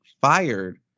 fired